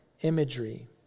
imagery